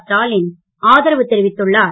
ஸ்டாலின் ஆதரவு தெரிவித்துள்ளார்